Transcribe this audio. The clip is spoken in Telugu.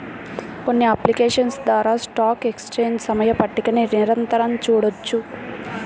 కొన్ని అప్లికేషన్స్ ద్వారా స్టాక్ ఎక్స్చేంజ్ సమయ పట్టికని నిరంతరం చూడొచ్చు